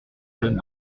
jeunes